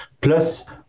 plus